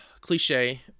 cliche